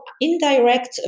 indirect